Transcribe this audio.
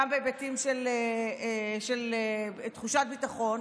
גם בהיבטים של תחושת ביטחון,